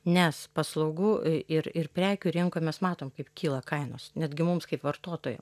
nes paslaugų ir ir prekių rinkoj mes matom kaip kyla kainos netgi mums kaip vartotojam